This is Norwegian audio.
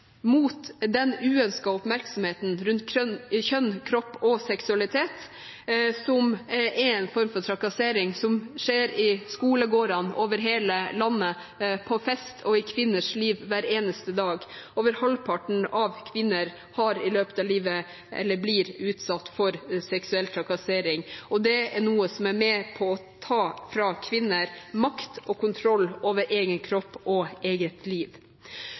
mot den uønskede oppmerksomheten rundt kjønn, kropp og seksualitet, som er én form for trakassering, som skjer i skolegårdene over hele landet, på fest og i kvinners liv hver eneste dag. Over halvparten av kvinner blir i løpet av livet utsatt for seksuell trakassering, og det er noe som er med på å ta fra kvinner makt og kontroll over egen kropp og eget liv.